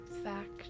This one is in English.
fact